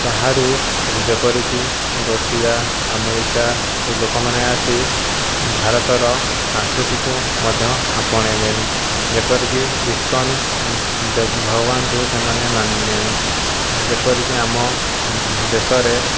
ବାହାରୁ ଯେପରିକି Russia America ଲୋକମାନେ ଆସି ଭାରତର ସଂସ୍କୃତିକୁ ମଧ୍ୟ ଆପଣେଇଲେଣି ଯେପରିକି ଇସ୍କନ୍ ଭଗବାନଙ୍କୁ ସେମାନେ ମାନିଲେଣି ଯେପରିକି ଆମ ଦେଶରେ